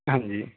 ਹਾਂਜੀ